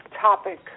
topic